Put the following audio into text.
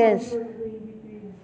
yes